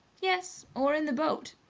yes, or in the boat,